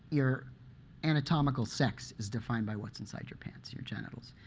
your anatomical sex is defined by what's inside your pants, your genitals.